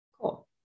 cool